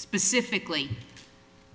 specifically